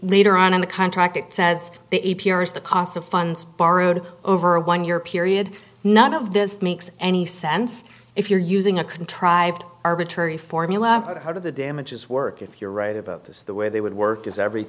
later on in the contract it says the a p r is the cost of funds borrowed over a one year period none of this makes any sense if you're using a contrived arbitrary formula out of the damages work if you're right about this the way they would work is every